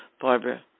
Barbara